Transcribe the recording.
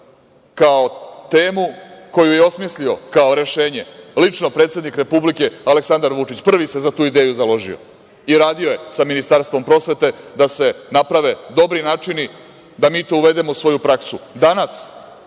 kao temu, koju je osmislio kao rešenje lično predsednik Republike Aleksandar Vučić. Prvi se za tu ideju založio i radio je sa Ministarstvom prosvete da se naprave dobri načini da mi to uvedemo u svoju praksu danas,